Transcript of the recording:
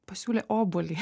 pasiūlė obuolį